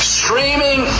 streaming